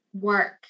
work